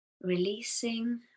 Releasing